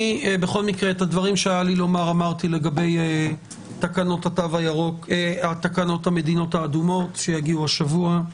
את הדברים שהיה לי לומר לגבי תקנות המדינות האדומות שיגיעו השבוע אמרתי.